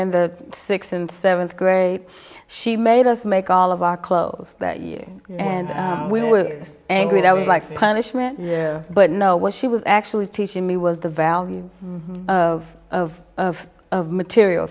in the sixth and seventh grade she made us make all of our clothes that year and we were angry that was like punishment but no what she was actually teaching me was the value of of material